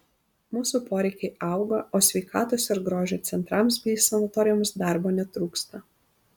mūsų poreikiai auga o sveikatos ir grožio centrams bei sanatorijoms darbo netrūksta